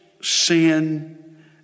sin